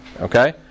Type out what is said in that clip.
Okay